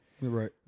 Right